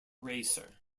racer